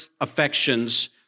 affections